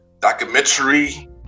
documentary